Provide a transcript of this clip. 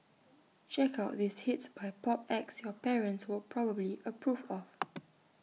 check out these hits by pop acts your parents will probably approve of